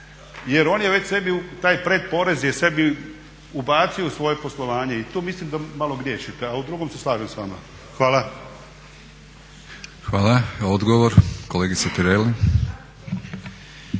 jer on je već sebi, taj pred porez je sebi ubacio u svoje poslovanje i tu mislim da malo griješite a u drugom se slažem s vama. **Batinić, Milorad (HNS)** Hvala. Odgovor kolegice Tireli.